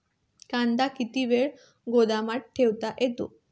कांदा किती वेळ गोदामात ठेवता येतो?